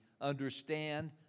understand